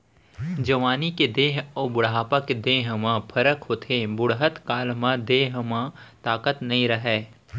जवानी के देंह अउ बुढ़ापा के देंह म फरक होथे, बुड़हत काल म देंह म ताकत नइ रहय